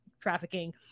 trafficking